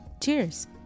Cheers